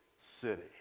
city